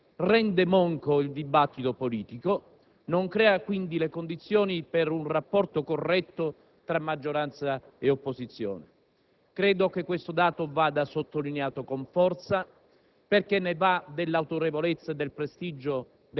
Per l'ennesima volta questo Governo non fornisce risposte, rende monco il dibattito politico e non crea, quindi, le condizioni per un rapporto corretto tra maggioranza e opposizione.